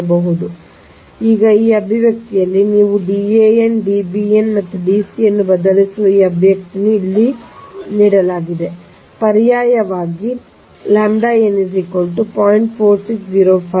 ಬರೆಯಬಹುದು ಈಗ ಈ ಅಭಿವ್ಯಕ್ತಿಯಲ್ಲಿ ನೀವು Dan Dbn ಮತ್ತು Dcn ಅನ್ನು ಬದಲಿಸುವ ಈ ಅಭಿವ್ಯಕ್ತಿಯನ್ನು ಇಲ್ಲಿ ನೀಡಲಾಗಿದೆ ನೀವು ಪರ್ಯಾಯವಾಗಿ ಮಾಡಿದರೆ ನೀವು ಪಡೆಯುತ್ತೀರಿ